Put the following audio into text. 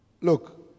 Look